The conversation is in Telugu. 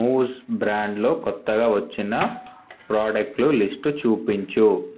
మూజ్ బ్రాండులో కొత్తగా వచ్చిన ప్రొడక్ట్లు లిస్టు చూపించు